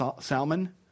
Salmon